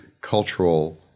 cultural